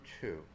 two